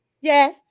Yes